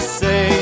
say